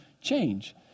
change